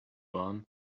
barn